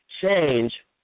change